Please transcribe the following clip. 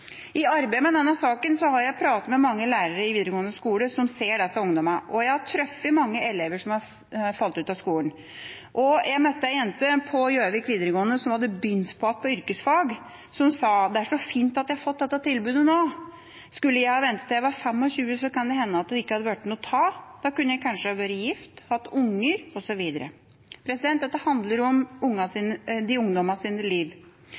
I arbeidet med denne saken har jeg snakket med mange lærere i videregående skole som ser disse ungdommene, og jeg har truffet mange elever som har falt ut av skolen. Jeg møtte ei jente på Gjøvik videregående som hadde begynt igjen på yrkesfag. Hun sa: Det er så fint at jeg har fått dette tilbudet nå. Skulle jeg ventet til jeg var 25, så kan det hende at det ikke hadde blitt noe av. Da kunne jeg kanskje vært gift, hatt unger, osv. Dette handler om